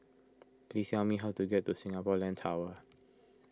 please tell me how to get to Singapore Land Tower